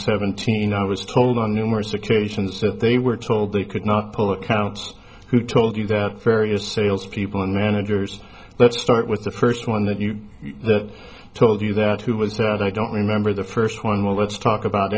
seventeen i was told on numerous occasions that they were told they could not pull accounts who told you that various salespeople and managers let's start with the first one that you that told you that who was that i don't remember the first one well let's talk about